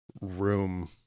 room